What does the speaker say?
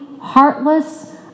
heartless